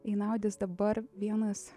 inaudis dabar vienas